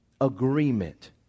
agreement